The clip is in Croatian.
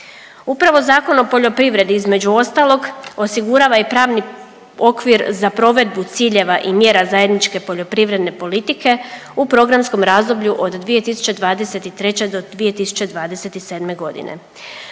Upravo Zakon o poljoprivredi između ostalog osigurava i pravni okvir za provedbu ciljeva i mjera zajedničke poljoprivredne politike u programskom razdoblju od 2023. do 2027. godine.